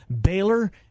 Baylor